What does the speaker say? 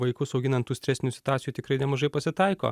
vaikus auginant tų stresinių situacijų tikrai nemažai pasitaiko